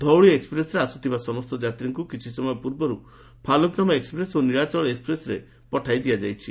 ଧଉଳି ଏକ୍ପ୍ରେସ୍ରେ ଆସୁଥିବା ସମସ୍ତ ଯାତ୍ରୀଙ୍କୁ କିଛି ସମୟ ପୂର୍ବରୁ ଫାଲକ୍ନାମା ଏକ୍ପ୍ରେସ୍ ଓ ନୀଳାଚଳ ଏକ୍ପ୍ରେସ୍ରେ ପଠାଇ ଦିଆଯାଇଛି